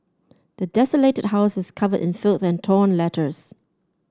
the desolated houses covered in filth and torn letters